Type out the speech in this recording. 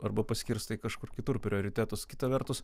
arba paskirstai kažkur kitur prioritetus kita vertus